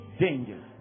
Danger